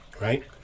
right